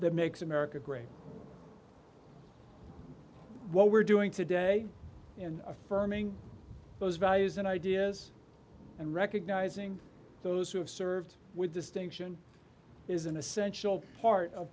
that makes america great what we're doing today in affirming those values and ideas and recognizing those who have served with distinction is an essential part of